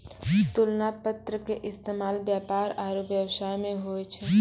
तुलना पत्र के इस्तेमाल व्यापार आरु व्यवसाय मे होय छै